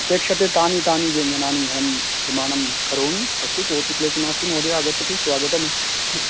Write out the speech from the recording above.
अपेक्षते तानि तानि व्यंजनानि यानि निर्माणं करोमि अस्तु कोऽपि क्लेशो नास्ति महोदय अगच्छतु स्वागतम्